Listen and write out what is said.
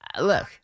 look